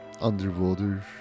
underwater